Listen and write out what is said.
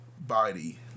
body